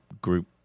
group